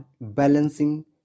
balancing